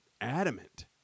adamant